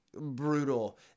Brutal